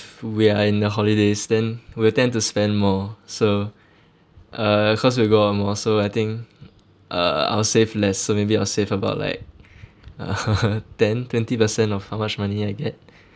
we are in the holidays then we'll tend to spend more so uh cause we go out more so I think uh I'll save less so maybe I'll save about like ten twenty percent of how much money I get